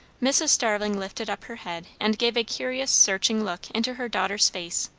mrs. starling lifted up her head and gave a curious searching look into her daughter's face.